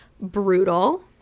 brutal